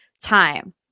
time